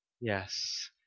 Yes